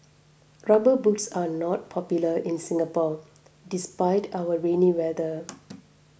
rubber boots are not popular in Singapore despite our rainy weather